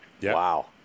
Wow